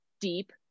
deep